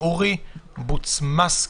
אורי בוצ'ומינסקי.